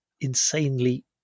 insanely